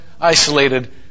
isolated